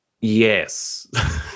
Yes